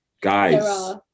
Guys